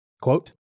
Quote